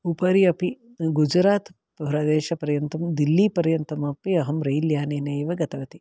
उपरि अपि गुजरात् प्रदेशपर्यन्तं दिल्लीपर्यन्तमपि अहं रैल्यानेन एव गतवती